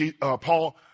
Paul